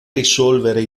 risolvere